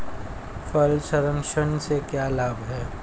फल संरक्षण से क्या लाभ है?